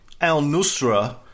al-Nusra